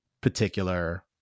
particular